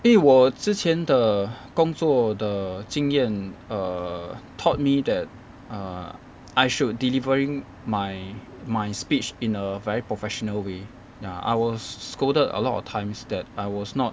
因为我之前的工作的经验 err taught me that err I should delivering my my speech in a very professional way ya I was scolded a lot of times that I was not